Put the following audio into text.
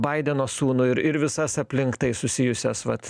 baideno sūnų ir visas aplink tai susijusias vat